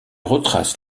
retrace